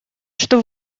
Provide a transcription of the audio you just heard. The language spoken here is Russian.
что